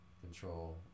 control